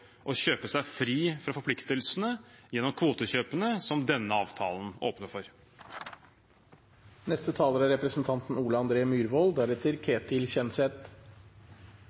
å kjøpe seg fri fra forpliktelsene gjennom kvotekjøpene som denne avtalen åpner for.